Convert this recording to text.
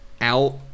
out